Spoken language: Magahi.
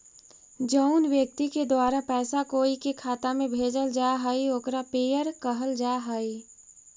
जउन व्यक्ति के द्वारा पैसा कोई के खाता में भेजल जा हइ ओकरा पेयर कहल जा हइ